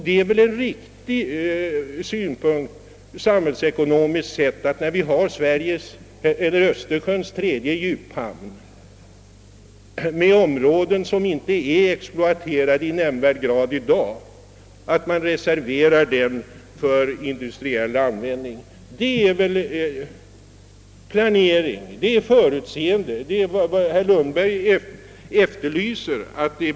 Det är därför en alldeles riktig samhällsekonomisk bedömning att hargsområdet, som i dag inte är exploaterat i nämnvärd grad och som har Östersjöns tredje djuphamn i storleksordningen, reserveras för industriell användning. Det är väl sådan planering och förutseende som herr Lundberg efterlyste.